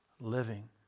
living